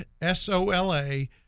S-O-L-A